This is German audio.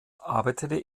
arbeitete